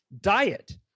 diet